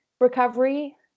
recovery